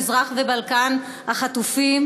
מזרח ובלקן החטופים,